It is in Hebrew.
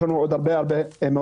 יש לנו עוד הרבה מה לעשות.